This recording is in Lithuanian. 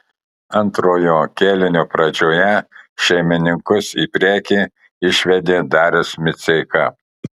antrojo kėlinio pradžioje šeimininkus į priekį išvedė darius miceika